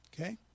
Okay